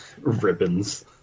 ribbons